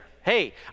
Hey